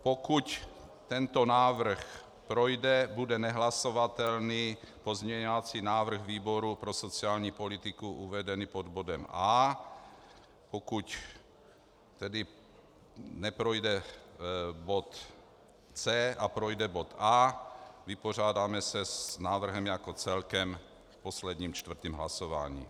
Pokud tento návrh projde, bude nehlasovatelný pozměňovací návrh výboru pro sociální politiku uvedený pod bodem A. Pokud neprojde bod C a projde bod A, vypořádáme se s návrhem jako celkem v posledním, čtvrtém hlasování.